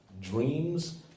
dreams